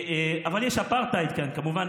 אבל יש אפרטהייד כאן, כמובן.